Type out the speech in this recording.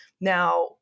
Now